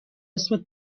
اسمت